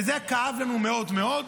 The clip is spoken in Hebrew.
וזה כאב לנו מאוד מאוד,